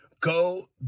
go